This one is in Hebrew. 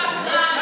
שקרן.